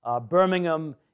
Birmingham